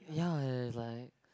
ya there is like